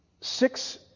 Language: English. six